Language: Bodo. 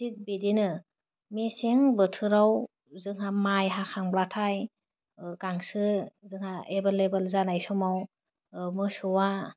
थिक बिदिनो मेसें बोथोराव जोंहा माइ हाखांब्लाथाय गांसो जोंहा एबोल लेभोल जानाय समाव ओह मोसौआ